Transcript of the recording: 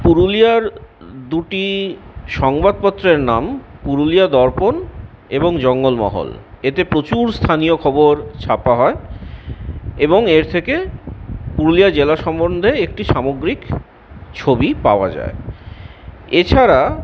পুরুলিয়ার দুটি সংবাদপত্রের নাম পুরুলিয়া দর্পণ এবং জঙ্গলমহল এতে প্রচুর স্থানীয় খবর ছাপা হয় এবং এর থেকে পুরুলিয়া জেলা সম্বন্ধে একটি সামগ্রিক ছবি পাওয়া যায় এছাড়া